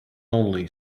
only